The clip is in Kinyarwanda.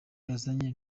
yazanye